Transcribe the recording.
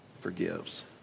forgives